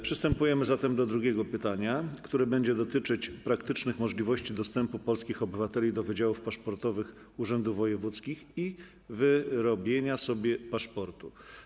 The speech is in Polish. Przystępujemy zatem do drugiego pytania, które będzie dotyczyć praktycznych możliwości dostępu polskich obywateli do wydziałów paszportowych urzędów wojewódzkich i wyrobienia sobie paszportu.